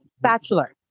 Bachelor